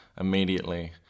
immediately